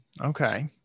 Okay